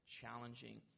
challenging